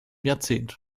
jahrzehnt